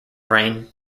reign